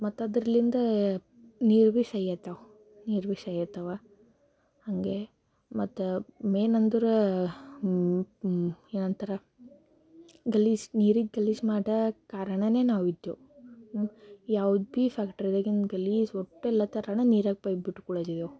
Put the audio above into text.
ಮತ್ತು ಅದ್ರಲ್ಲಿಂದ ನೀರು ಭೀ ಸೈ ಆಯ್ತವ ನೀರು ಭೀ ಸೈ ಆಯ್ತವ ಹಂಗೆ ಮತ್ತು ಮೇನ್ ಅಂದ್ರೆ ಏನು ಅಂತಾರೆ ಗಲೀಜು ನೀರಿಗೆ ಗಲೀಜು ಮಾಡೋಕೆ ಕಾರಣವೇ ನಾವು ಇದ್ದೇವೆ ಯಾವ್ದು ಭೀ ಫ್ಯಾಕ್ಟ್ರಿದಾಗಿಂದ ಗಲೀಜು ಒಟ್ಟೆಲ್ಲ ಥರನೆ ನೀರಾಗ ಪೈಪ್ ಬಿಟ್ಟು